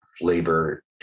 labor